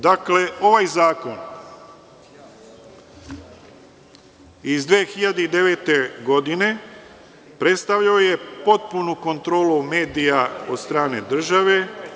Dakle, ovaj zakon iz 2009. godine predstavljao je potpunu kontrolu medija od strane države.